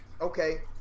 Okay